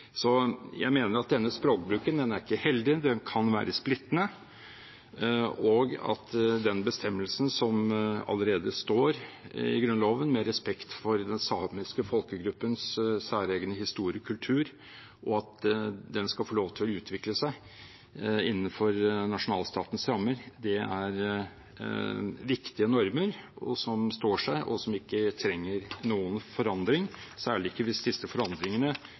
Jeg mener at denne språkbruken ikke er heldig, den kan være splittende, og at den bestemmelsen som allerede står i Grunnloven, med respekt for den samiske folkegruppens særegne historie og kultur og at den skal få lov til å utvikle seg innenfor nasjonalstatens rammer, er viktige normer som står seg, og som ikke trenger noen forandring, særlig ikke hvis disse forandringene